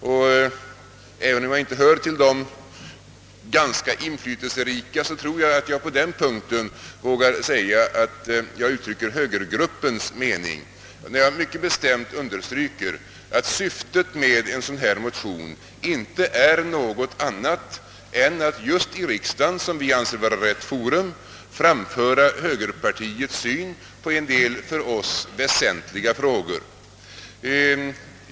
| Även om jag som sagt inte hör till de »ganska inflytelserika», vågar jag säga att jag uttrycker högergruppens mening när jag mycket bestämt understryker att syftet med en sådan här motion inte är något annat än att i riksdagen, som vi anser vara rätt forum, framföra högerpartiets syn på en del för oss väsentliga frågor.